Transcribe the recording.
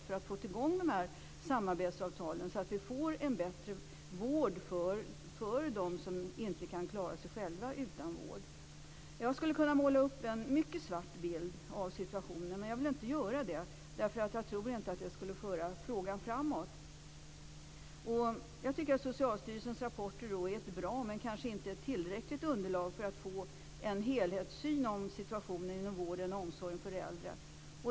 Vi måste få i gång samarbetsavtalen, så att vi får en bättre vård för dem som inte kan klara sig själva utan vård. Jag skulle kunna måla upp en mycket svart bild av situationen, men jag vill inte göra det. Jag tror inte att det skulle föra frågan framåt. Jag tycker att Socialstyrelsens rapporter är ett bra men kanske inte tillräckligt underlag för en helhetssyn vad gäller situationen inom vården och omsorgen för de äldre.